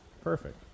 Perfect